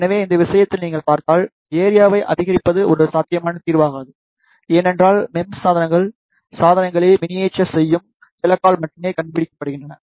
எனவே இந்த விஷயத்தில் நீங்கள் பார்த்தால் ஏரியாவை அதிகரிப்பது ஒரு சாத்தியமான தீர்வாகாது ஏனென்றால் மெம்ஸ் சாதனங்கள் சாதனங்களை மினியேச்சர் செய்யும் இலக்கால் மட்டுமே கண்டுபிடிக்கப்படுகின்றன